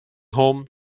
home